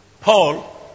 Paul